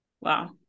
Wow